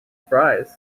fries